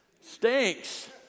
stinks